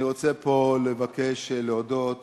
אני רוצה פה לבקש להודות